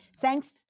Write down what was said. Thanks